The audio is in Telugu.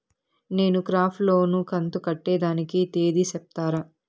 నేను క్రాప్ లోను కంతు కట్టేదానికి తేది సెప్తారా?